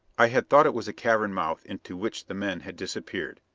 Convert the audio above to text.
i had thought it was a cavern mouth into which the men had disappeared,